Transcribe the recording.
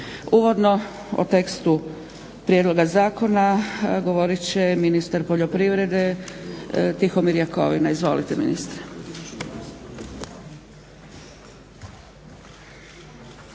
Uvodno o tekstu prijedloga zakona govorit će ministar poljoprivrede Tihomir Jakovina. Izvolite ministre.